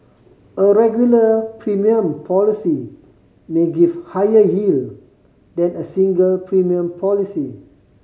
a regular premium policy may give higher yield than a single premium policy